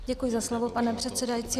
Děkuji za slovo, pane předsedající.